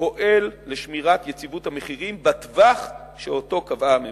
פועל לשמירת יציבות המחירים בטווח שאותו קבעה הממשלה.